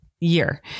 year